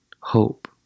Hope